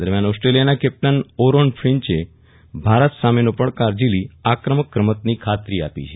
દરમિયાન ઓસ્ટ્રેલિયાના captain Aaron ફીન્ચે ભારત સામેનો પડકાર ઝીલી આક્રમક રમતની ખાતરી આપી છે